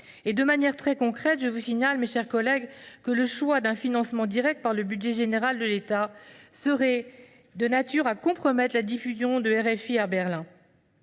De manière très concrète, je vous signale, mes chers collègues, que le choix d’un financement direct par le budget général de l’État serait de nature à compromettre la diffusion de RFI à Berlin.